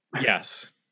Yes